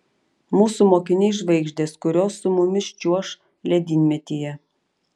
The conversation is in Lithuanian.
mūsų mokiniai žvaigždės kurios su mumis čiuoš ledynmetyje